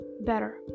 better